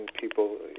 people